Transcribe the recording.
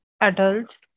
adults